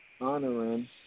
honoring